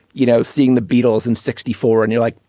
you know, seeing the beatles in sixty four and you like,